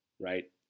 Right